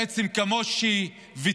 בעצם כמו שוויתרו